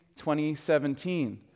2017